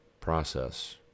process